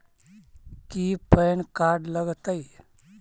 की PAN card लग तै?